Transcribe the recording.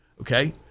Okay